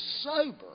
sober